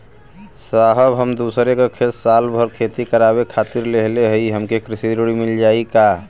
साहब हम दूसरे क खेत साल भर खेती करावे खातिर लेहले हई हमके कृषि ऋण मिल जाई का?